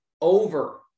over